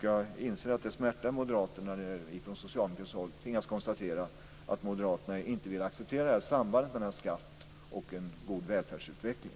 Jag inser att det smärtar moderaterna när vi från socialdemokratiskt håll tvingas konstatera att moderaterna inte vill acceptera det här sambandet mellan skatt och en god välfärdsutveckling.